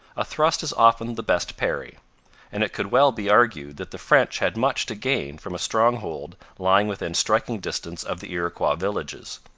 a thrust is often the best parry and it could well be argued that the french had much to gain from a stronghold lying within striking distance of the iroquois villages.